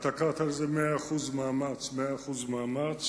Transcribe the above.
אתה קראת לזה מאה אחוז מאמץ, למאה אחוז מאמץ.